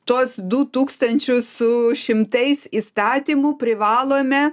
tuos du tūkstančius su šimtais įstatymų privalome